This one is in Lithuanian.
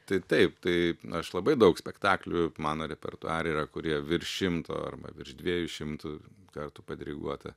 tai taip tai aš labai daug spektaklių mano repertuare yra kurie virš šimto arba virš dviejų šimtų kartų padiriguota